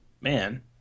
Man